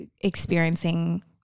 experiencing